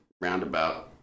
roundabout